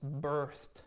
birthed